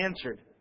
answered